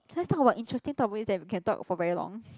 let's talk about interesting topics that we can talk for very long